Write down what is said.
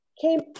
came